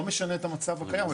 זה לא משנה את המצב הקיים,